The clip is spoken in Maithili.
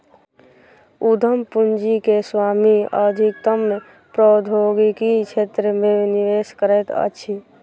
उद्यम पूंजी के स्वामी अधिकतम प्रौद्योगिकी क्षेत्र मे निवेश करैत अछि